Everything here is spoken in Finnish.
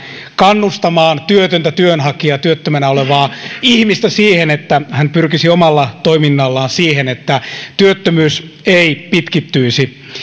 kannustamaan työtöntä työnhakijaa työttömänä olevaa ihmistä siihen että hän pyrkisi omalla toiminnallaan siihen että työttömyys ei pitkittyisi meillä